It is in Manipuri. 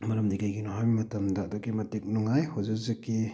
ꯃꯔꯝꯗꯤ ꯀꯔꯤꯒꯤꯅꯣ ꯍꯥꯏꯕ ꯃꯇꯝꯗ ꯑꯗꯨꯛꯀꯤ ꯃꯇꯤꯛ ꯅꯨꯡꯉꯥꯏ ꯍꯧꯖꯤꯛ ꯍꯧꯖꯤꯛꯀꯤ